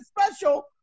special